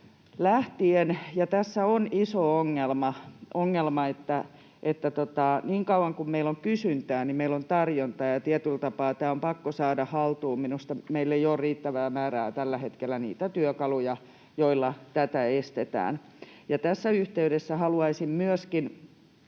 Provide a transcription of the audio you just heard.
tässä on iso ongelma. Niin kauan kuin meillä on kysyntää, niin meillä on tarjontaa, ja tietyllä tapaa tämä on pakko saada haltuun. Minusta meillä ei ole tällä hetkellä riittävää määrää niitä työkaluja, joilla tätä estetään. Tässä yhteydessä haluaisin myöskin